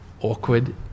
awkward